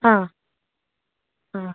ആ ആ